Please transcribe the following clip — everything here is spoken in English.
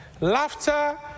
Laughter